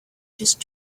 just